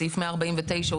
סעיף 149,